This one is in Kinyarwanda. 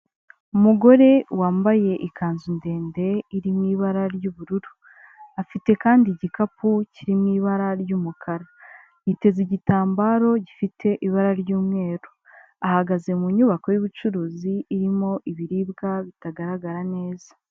Umugore wambaye ikanzu ndende iri mu ibara ry'ubururu, afite kandi igikapu kiri mu ibara ry'umukara, yiteze igitambaro gifite ibara ry'umweru, ahagaze mu nyubako y'ubucuruzi irimo ibiribwa bitagaragara neza.